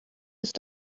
ist